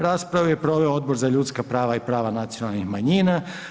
Raspravu je proveo Odbor za ljudska prava i prava nacionalnih manjina.